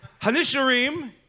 Hanisharim